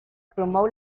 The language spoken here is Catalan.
promou